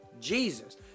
Jesus